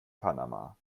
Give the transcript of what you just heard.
panama